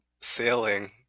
sailing